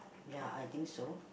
ya I think so